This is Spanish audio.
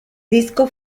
disco